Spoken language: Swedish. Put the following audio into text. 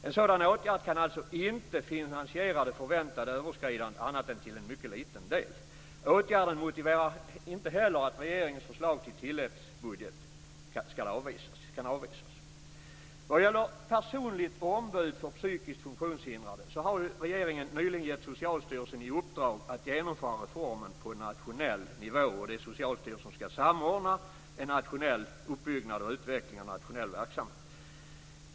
En sådan åtgärd kan alltså inte finansiera det förväntade överskridandet annat än till en mycket liten del. Åtgärden motiverar inte heller att regeringens förslag till tilläggsbudget avvisas. Vad gäller personligt ombud för psykiskt funktionshindrade har regeringen nyligen gett Socialstyrelsen i uppdrag att genomföra reformen på nationell nivå. Det är Socialstyrelsen som ska samordna en uppbyggnad och utveckling av nationell verksamhet.